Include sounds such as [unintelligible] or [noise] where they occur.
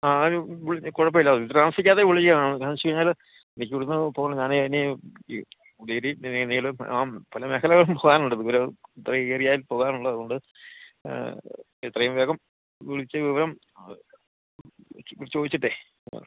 ആരും കുഴപ്പമില്ലത് താമസിക്കാതെ വിളിക്കണം കാരണമെന്നുവച്ചുകഴിഞ്ഞാല് [unintelligible] ഞാനേ ഇനി [unintelligible] പല മേഖലകളിലും പോകാനുണ്ട് ദൂരം ഇത്ര ഏറിയായിൽ പോകാനുണ്ട് അതുകൊണ്ട് എത്രയും വേഗം വിളിച്ചു വിവരം ചോദിച്ചിട്ടേ